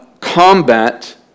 combat